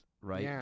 right